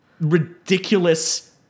ridiculous